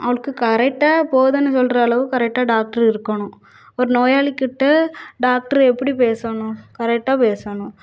அவங்களுக்கு கரெக்டாக போதுன்னு சொல்லுற அளவுக்கு கரெக்டாக டாக்ட்ரு இருக்கணும் ஒரு நோயாளிகிட்ட டாக்ட்ரு எப்படி பேசணும் கரெக்டாக பேசணும்